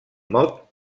mot